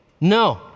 No